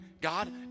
God